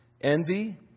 Envy